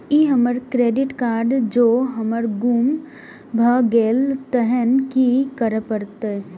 ई हमर credit card जौं हमर गुम भ गेल तहन की करे परतै?